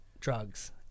drugs